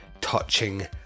touching